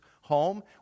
home